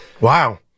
Wow